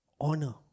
Honor